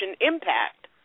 impact